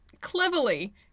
cleverly